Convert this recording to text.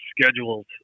schedules